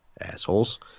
assholes